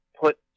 put